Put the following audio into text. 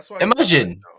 imagine